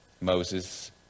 Moses